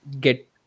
get